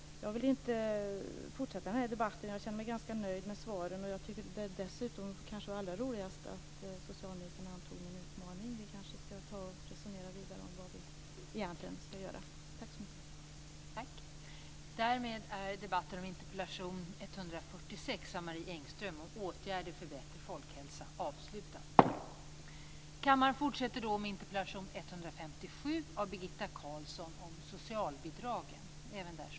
Jag vill inte fortsätta den här debatten. Jag känner mig ganska nöjd med svaren. Det allra roligaste var att socialministern antog min utmaning. Vi kanske ska resonera vidare om vad vi egentligen ska göra.